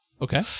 Okay